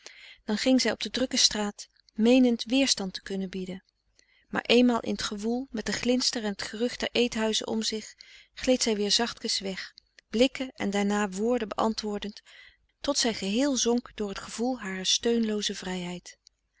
dan ging zij op de drukke straat meenend weerstand te kunnen bieden maar eenmaal in t gewoel met den glinster en t gerucht der eethuizen om zich gleed zij weer zachtkens weg blikken en daarna woorden beantwoordend tot zij geheel zonk door t gevoel harer steunlooze vrijheid